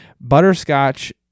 Butterscotch